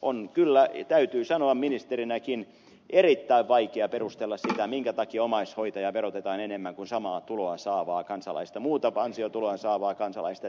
on kyllä täytyy sanoa ministerinäkin erittäin vaikea perustella sitä minkä takia omaishoitajaa verotetaan enemmän kuin samaa tuloa saavaa kansalaista muuta ansiotuloa saavaa kansalaista